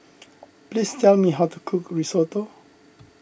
please tell me how to cook Risotto